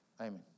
amen